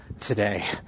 today